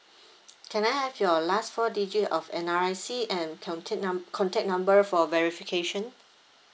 can I have your last four digit of N_R_I_C and contact numb~ contact number for verification